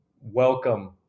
welcome